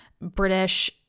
British